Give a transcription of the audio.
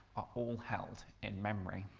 all held in memory.